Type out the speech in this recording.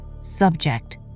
subject